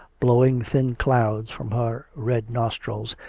blow ing thin clouds from her red nostrils,